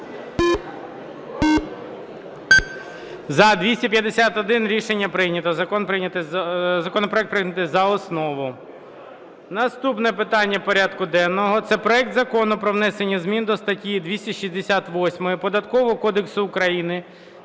За-251 Рішення прийнято. Законопроект прийнятий за основу. Наступне питання порядку денного – це проект Закону про внесення зміни до статті 268 Податкового кодексу України